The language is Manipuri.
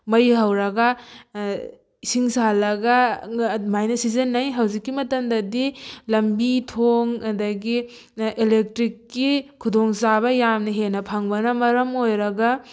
ꯃꯩ ꯍꯧꯔꯒ ꯏꯁꯤꯡ ꯁꯥꯍꯜꯂꯒ ꯑꯗꯨꯃꯥꯏꯅ ꯁꯤꯖꯤꯟꯅꯩ ꯍꯧꯖꯤꯛꯀꯤ ꯃꯇꯝꯗꯗꯤ ꯂꯝꯕꯤ ꯊꯣꯡ ꯑꯗꯒꯤ ꯑꯦꯂꯦꯛꯇ꯭ꯔꯤꯛꯀꯤ ꯈꯨꯗꯣꯡꯆꯥꯕ ꯌꯥꯝꯅ ꯍꯦꯟꯅ ꯐꯪꯕꯅ ꯃꯔꯝ ꯑꯣꯏꯔꯒ